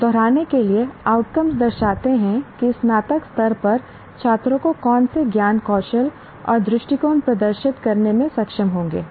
अब दोहराने के लिए आउटकम दर्शाते हैं कि स्नातक स्तर पर छात्रों को कौन से ज्ञान कौशल और दृष्टिकोण प्रदर्शित करने में सक्षम होंगे